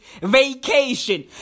vacation